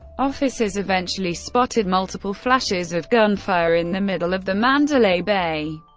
officers eventually spotted multiple flashes of gunfire in the middle of the mandalay bay,